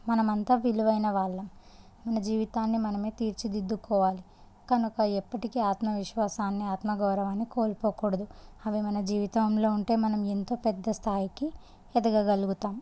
మనము అంతా విలువైనవాళ్ళము మన జీవితాన్ని మనమే తీర్చిదిద్దుకోవాలి కనుక ఎప్పటికీ ఆత్మవిశ్వాసాన్ని ఆత్మగౌరవాన్ని కోల్పోకూడదు అవి మన జీవితంలో ఉంటే మనం ఎంతో పెద్ద స్థాయికి ఎదగగలుగుతాము